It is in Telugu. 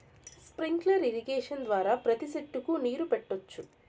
స్ప్రింక్లర్ ఇరిగేషన్ ద్వారా ప్రతి సెట్టుకు నీరు పెట్టొచ్చు